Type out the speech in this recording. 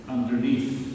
Underneath